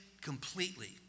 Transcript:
completely